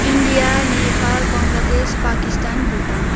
India Nepal Bangladesh Pakistan Bhutan